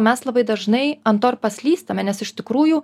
mes labai dažnai ant to ir paslystame nes iš tikrųjų